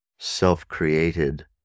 self-created